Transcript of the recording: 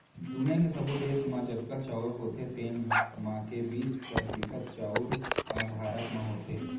दुनियॉ के सब्बो देस म जतका चाँउर होथे तेन म के बीस परतिसत चाउर ह भारत म होथे